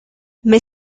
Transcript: mais